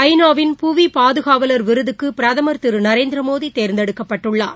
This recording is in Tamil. ஐநா வின் புவிபாதுகாவல் விருதுக்குபிரதமர் திருநரேந்திரமோடிதேர்ந்தெடுக்கப்பட்டுள்ளார்